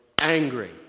angry